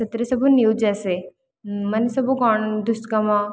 ସେଥିରେ ସବୁ ନ୍ୟୁଜ ଆସେ ମାନେ ସବୁ ଗ ଦୁଷ୍କର୍ମ